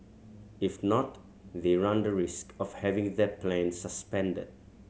if not they run the risk of having their plan suspended